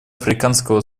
африканского